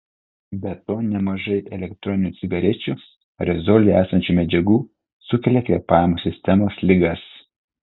be to nemažai elektroninių cigarečių aerozolyje esančių medžiagų sukelia kvėpavimo sistemos ligas